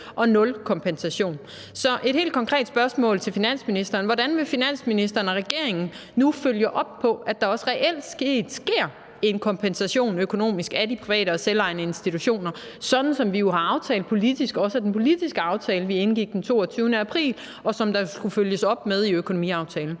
og nul kompensation. Så et helt konkret spørgsmål til finansministeren er: Hvordan vil finansministeren og regeringen nu følge op på, at der også reelt sker en økonomisk kompensation af de private og selvejende institutioner, sådan som vi jo har aftalt i den politiske aftale, vi indgik den 22. april, og som der skulle følges op på i økonomiaftalen?